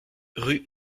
rue